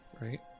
right